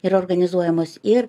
ir organizuojamos ir